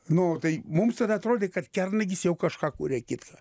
nu tai mums ten atrodė kad kernagis jau kažką kuria kitka